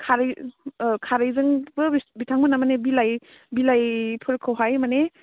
खारै खारैजोंबो बिथांमोनहा मानि बिलाइ बिलाइफोरखौहाय माने